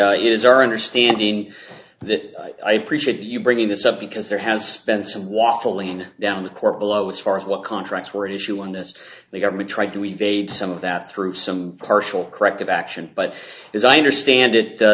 it is our understanding that i appreciate you bringing this up because there has been some was falling down the court below as far as what contracts were at issue on this the government tried to evade some of that through some partial corrective action but as i understand it